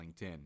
LinkedIn